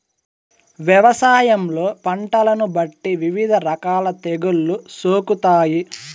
వ్యవసాయంలో పంటలను బట్టి వివిధ రకాల తెగుళ్ళు సోకుతాయి